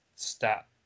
Stat